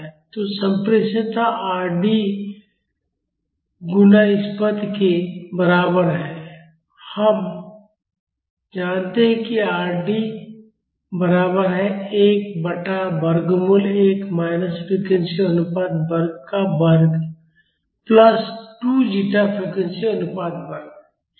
तो संप्रेषणीयता Rd गुणा इस पद के बराबर है और हम जानते हैं कि Rd बराबर है 1 बटा वर्गमूल 1 माइनस फ़्रीक्वेंसी अनुपात वर्ग का वर्ग प्लस 2 जीटा फ़्रीक्वेंसी अनुपात वर्ग